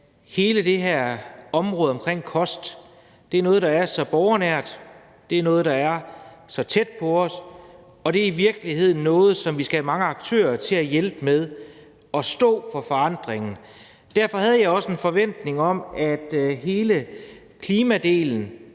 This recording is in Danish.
hele det her område omkring kost er noget, der er så borgernært, noget, der er så tæt på os, og at det i virkeligheden er noget, hvor vi skal have mange aktører til at hjælpe med at stå for forandringen. Derfor havde jeg også en forventning om, at hele klimadelen